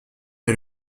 est